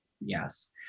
Yes